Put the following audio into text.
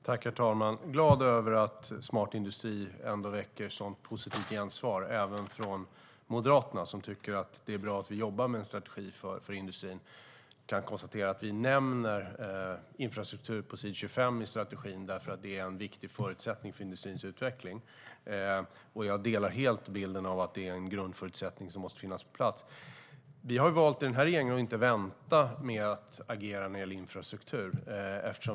Herr talman! Jag är glad över att Smart industri väcker ett så positivt gensvar och att även Moderaterna tycker att det är bra att vi jobbar med en strategi för industrin. Jag kan konstatera att vi nämner infrastruktur på s. 25 i strategin därför att det är en viktig förutsättning för industrins utveckling. Jag delar helt bilden av att det är en grundförutsättning som måste finnas på plats. I regeringen har vi valt att inte vänta med att agera när det gäller infrastruktur.